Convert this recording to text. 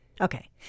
Okay